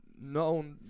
known